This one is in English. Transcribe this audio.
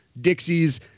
Dixies